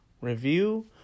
review